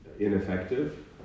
ineffective